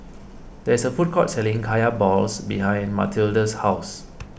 there is a food court selling Kaya Balls behind Matilde's house